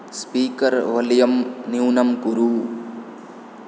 speaker वाल्यं न्यूनं कुरु